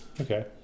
Okay